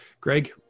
Greg